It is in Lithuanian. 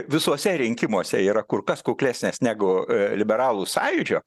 visuose rinkimuose yra kur kas kuklesnės negu liberalų sąjūdžio